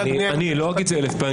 אני לא אגיד את זה אלף פעמים,